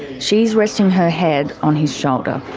she's resting her head on his shoulder.